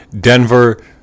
Denver